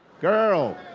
girl.